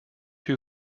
who